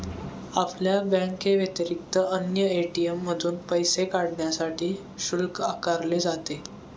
आपल्या बँकेव्यतिरिक्त अन्य ए.टी.एम मधून पैसे काढण्यासाठी शुल्क आकारले जाते